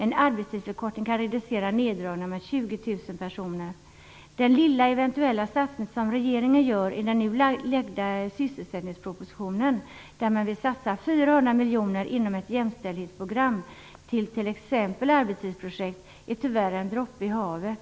En arbetstidsförkortning kan reducera neddragningarna med Den lilla eventuella satsning som regeringen gör i den nu framlagda sysselsättningspropositionen - där man vill satsa 400 miljoner kronor inom ett jämställdhetsprogram till t.ex. ett arbetstidsprojekt - är tyvärr en droppe i havet.